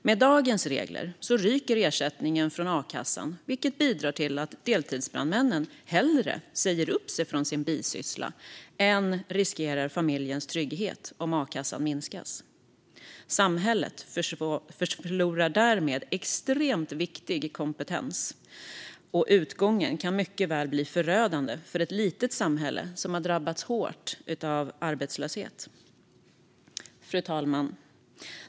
Med dagens regler ryker då deltidsbrandmännens ersättning från a-kassan, vilket bidrar till att de hellre säger upp sig från sin bisyssla än riskerar familjens trygghet om akassan minskas. Samhället förlorar därmed extremt viktig kompetens, och utgången kan mycket väl bli förödande för ett litet samhälle som har drabbats hårt av arbetslöshet. Fru talman!